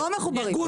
דרך אגב,